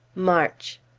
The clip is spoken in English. march.